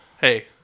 Hey